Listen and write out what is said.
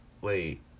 Wait